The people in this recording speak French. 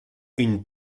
une